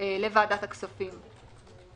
לוועדת הכספים.